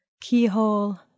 keyhole